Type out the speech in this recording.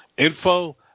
Info